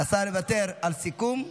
השר מוותר על סיכום.